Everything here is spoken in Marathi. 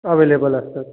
अवेलेबल असतात